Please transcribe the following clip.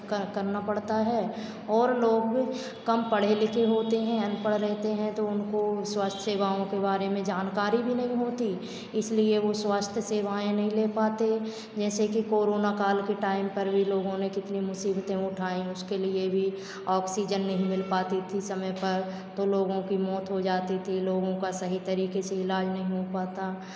करना पड़ता है और लोग कम पढ़े लिखे होते हैं अनपढ़ रहते हैं तो उनको स्वस्थ सेवाओं के बारे में जानकारी भी नहीं होती इसलिए वो स्वास्थ सेवाएं नहीं ले पाते जैसे कि कोरोना काल के टाइम पर भी लोगों ने कितनी मुसीबतें उठाई उसके लिए भी ऑक्सीजन नहीं मिल पाती थी समय पर तो लोगों की मौत हो जाती थी लोगों का सही तरीके से इलाज नहीं हो पाता